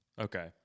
Okay